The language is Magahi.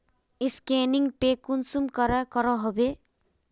स्कैनिंग पे कुंसम करे करो होबे?